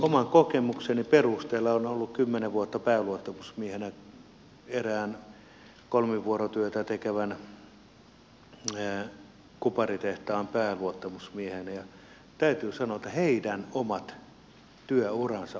oman kokemukseni perusteella olen ollut kymmenen vuotta pääluottamusmiehenä erään kolmivuorotyötä tekevän kuparitehtaan pääluottamusmiehenä täytyy sanoa että heidän omat työuransa ovat pidentyneet kun he ovat jaksaneet olla vuoden sieltä pois